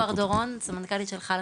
אני מיכל בר דורון, סמנכ״לית ׳חלאסרטן׳,